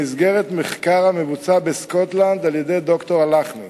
במסגרת מחקר המבוצע בסקוטלנד על-ידי ד"ר הלחמי